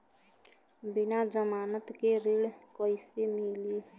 बिना जमानत के ऋण कईसे मिली?